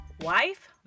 wife